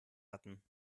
hatten